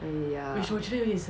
um ya